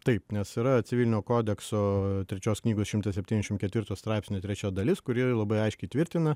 taip nes yra civilinio kodekso trečios knygos šimtas septyniasdešim ketvirto straipsnio trečia dalis kuri labai aiškiai tvirtina